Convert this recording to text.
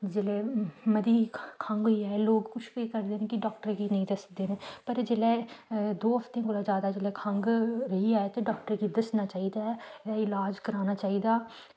जेल्लै मती खंघ होई जा ते लोग कुछ केह् करदे न की डॉक्टर गी नेईं दस्सदे न पर जेल्लै दौ हफ्ते कोला जादै खंघ रेही जा ते दस्सना चाहिदा ईलाज कराना चाहिदा ऐ